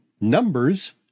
numbers